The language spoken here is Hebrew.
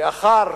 לאחר